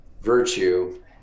virtue